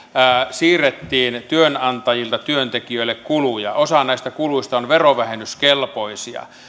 siirrettiin työnantajilta työntekijöille kuluja osa näistä kuluista on verovähennyskelpoisia